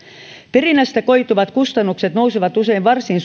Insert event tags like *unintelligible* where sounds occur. perinnästä koituvat kustannukset nousevat usein varsin *unintelligible*